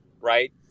Right